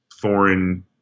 foreign